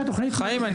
חיים,